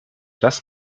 das